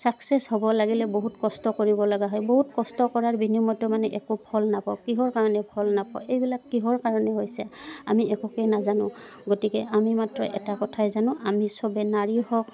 success হ'ব লাগিলে বহুত কষ্ট কৰিব লগা হয় বহুত কষ্ট কৰাৰ বিনিময়তো মানে একো ফল নাপাওঁ কিহৰ কাৰণে ফল নাপাওঁ এইবিলাক কিহৰ কাৰণে হৈছে আমি একোকে নাজানোঁ গতিকে আমি মাত্ৰ এটা কথাই জানোঁ আমি চবে নাৰী হওক